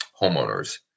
homeowners